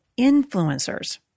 influencers